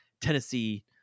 Tennessee